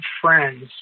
friends